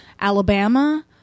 Alabama